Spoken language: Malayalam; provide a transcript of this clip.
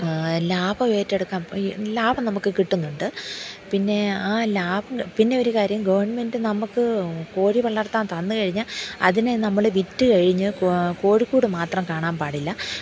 ലാഭമേ റ്റെടുക്കാൻ ലാഭം നമുക്ക് കിട്ടുന്നുണ്ട് പിന്നെ ആ ലാഭം പിന്നെ ഒരു കാര്യം ഗവൺമെൻറ് നമുക്ക് കോഴി വളർത്താൻ തന്നു കഴിഞ്ഞാൽ അതിനെ നമ്മൾ വിറ്റു കഴിഞ്ഞു കോഴിക്കൂട് മാത്രം കാണാൻ പാടില്ല